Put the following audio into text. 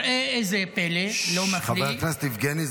ראו איזה פלא לא מפליא -- חבר הכנסת יבגני,